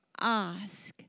ask